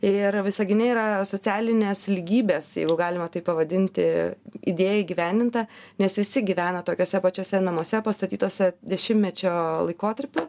ir visagine yra socialinės lygybės jeigu galima taip pavadinti idėja įgyvendinta nes visi gyvena tokiuose pačiuose namuose pastatytuose dešimtmečio laikotarpiu